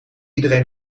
iedereen